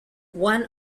one